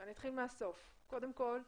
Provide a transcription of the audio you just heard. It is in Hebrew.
ואני אתחיל מהסוף: קודם כל,